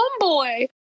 Homeboy